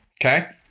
Okay